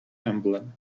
emblem